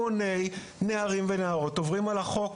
המוני נערים ונערות עוברים על החוק.